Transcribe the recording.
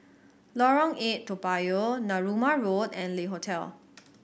Lorong Eight Toa Payoh Narooma Road and Le Hotel